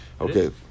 Okay